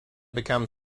become